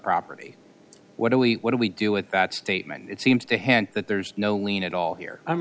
property what do we what do we do with that statement it seems to hand that there's no lien at all here i'm